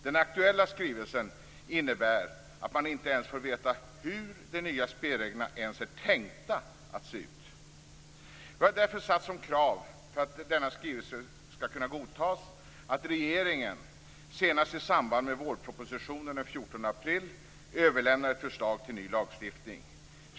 Den aktuella skrivelsen innebär att man inte ens får veta hur det är tänkt att de nya spelreglerna skall se ut. Vi har därför satt som krav för att denna skrivelse skall kunna godtas att regeringen senast i samband med vårpropositionen den 14 april överlämnar ett förslag till ny lagstiftning.